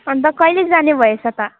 अन्त कहिले जाने भएछ त